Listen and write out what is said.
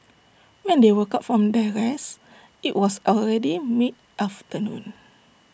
when they woke up from their rest IT was already mid afternoon